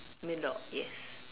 middle yes